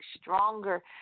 stronger